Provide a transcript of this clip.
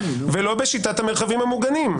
ולא בשיטת המרחבים המוגנים.